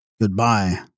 Goodbye